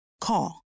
Call